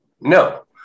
no